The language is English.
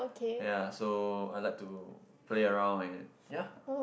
yea so I like to play around and ya